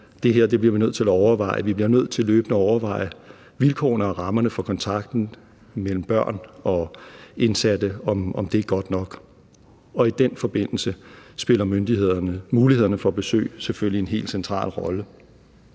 det her bliver vi nødt til at overveje; at vi løbende bliver nødt til at overveje vilkårene og rammerne for kontakten mellem børn og indsatte, og om de er gode nok. I den forbindelse spiller mulighederne for besøg selvfølgelig en helt central rolle.